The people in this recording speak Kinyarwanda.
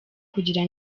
kugira